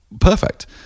perfect